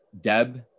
Deb